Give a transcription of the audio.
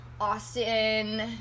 Austin